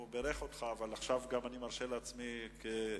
הוא בירך אותך, ואני מרשה לעצמי, כיושב-ראש,